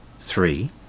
three